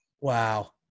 Wow